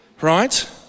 Right